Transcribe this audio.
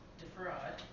defraud